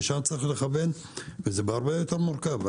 לשם צריך לכוון וזה בהרבה יותר מורכב,